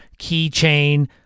keychain